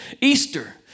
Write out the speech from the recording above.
Easter